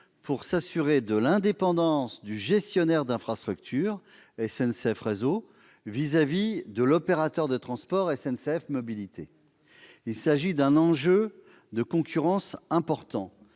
pour s'assurer de l'indépendance du gestionnaire d'infrastructures, SNCF Réseau, vis-à-vis de l'opérateur de transports SNCF Mobilités. Il s'agit d'un enjeu important